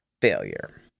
Failure